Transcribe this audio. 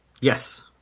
Yes